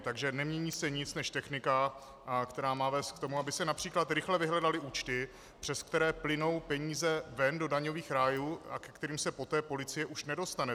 Takže nemění se nic než technika, která má vést k tomu, aby se například rychle vyhledaly účty, přes které plynou peníze ven do daňových rájů a ke kterým se poté policie už nedostane.